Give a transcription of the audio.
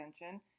attention